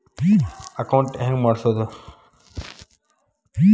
Account ಹೆಂಗ್ ಮಾಡ್ಸೋದು?